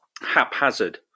haphazard